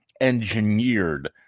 engineered